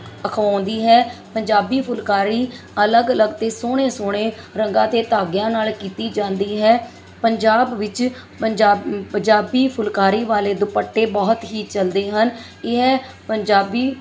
ਅਖਵਾਉਂਦੀ ਹੈ ਪੰਜਾਬੀ ਫੁੱਲਕਾਰੀ ਅਲੱਗ ਅਲੱਗ ਅਤੇ ਸੋਹਣੇ ਸੋਹਣੇ ਰੰਗਾਂ ਅਤੇ ਧਾਗਿਆਂ ਨਾਲ ਕੀਤੀ ਜਾਂਦੀ ਹੈ ਪੰਜਾਬ ਵਿੱਚ ਪੰਜਾਬੀ ਪੰਜਾਬੀ ਫੁੱਲਕਾਰੀ ਵਾਲੇ ਦੁਪੱਟੇ ਬਹੁਤ ਹੀ ਚੱਲਦੇ ਹਨ ਇਹ ਪੰਜਾਬੀ